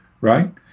Right